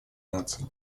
наций